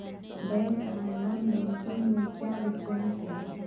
Bank आर non banking में क्याँ डिफरेंस है?